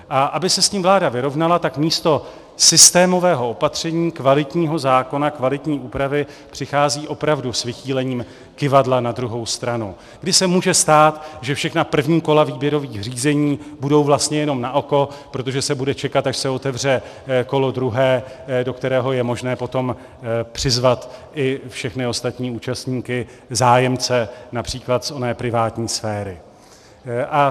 A aby se s tím vláda vyrovnala, tak místo systémového opatření, kvalitního zákona, kvalitní úpravy přichází opravdu s vychýlením kyvadla na druhou stranu, kdy se může stát, že všechna první kola výběrových řízení budou vlastně jenom naoko, protože se bude čekat, až se otevře kolo druhé, do kterého je možné potom přizvat i všechny ostatní účastníky, zájemce například z oné privátní sféry.